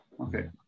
Okay